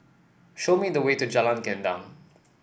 show me the way to Jalan Gendang